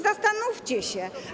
Zastanówcie się.